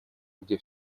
где